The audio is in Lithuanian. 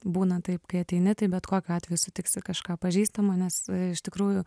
būna taip kai ateini tai bet kokiu atveju sutiksi kažką pažįstamo nes iš tikrųjų